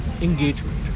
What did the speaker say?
engagement